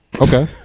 okay